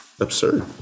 Absurd